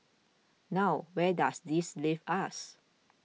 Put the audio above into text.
now where does this leave us